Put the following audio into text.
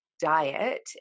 Diet